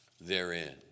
therein